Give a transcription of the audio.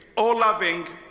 o loving,